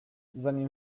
zanim